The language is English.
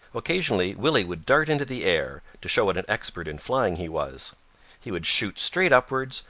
occasionally willy would dart into the air, to show what an expert in flying he was he would shoot straight upwards,